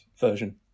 version